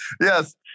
Yes